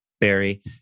Barry